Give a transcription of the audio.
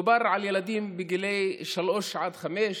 מדובר על ילדים בגילאי שלוש עד חמש,